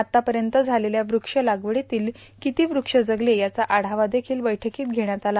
आत्तापर्यंत झालेल्या वृक्ष लागवडीतील किती वृक्ष जगले याचा आढावा देखील बैठकीत घेण्यात आला